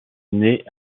naît